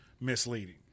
misleading